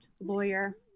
lawyer